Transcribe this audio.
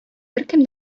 беркем